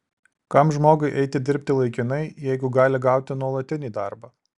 kam žmogui eiti dirbti laikinai jeigu gali gauti nuolatinį darbą